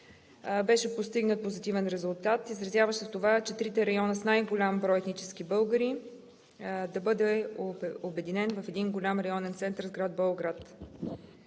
беше постигнат позитивен резултат, изразяващ се в това трите района с най-голям брой етнически българи да бъдат обединени в един голям районен център с град Болград.